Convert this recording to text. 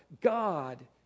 God